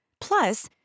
Plus